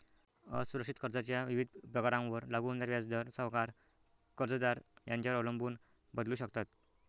असुरक्षित कर्जाच्या विविध प्रकारांवर लागू होणारे व्याजदर सावकार, कर्जदार यांच्यावर अवलंबून बदलू शकतात